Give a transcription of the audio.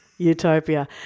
Utopia